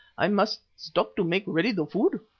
i must stop to make ready the food.